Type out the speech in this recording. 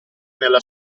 nella